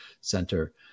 center